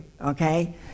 okay